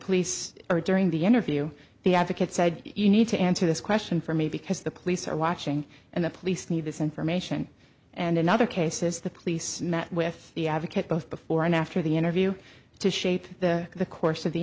police or during the interview the advocate said you need to answer this question for me because the police are watching and the police need this information and in other cases the police met with the advocate both before and after the interview to shape the the course of the